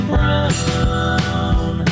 Brown